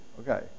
Okay